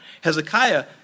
Hezekiah